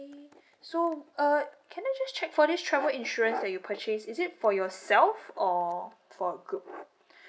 so uh can I just check for this travel insurance that you purchase is it for yourself or for a group